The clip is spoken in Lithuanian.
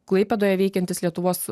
klaipėdoje veikiantis lietuvos